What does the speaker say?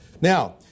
Now